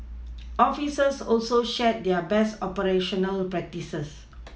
officers also shared their best operational practices